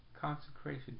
consecration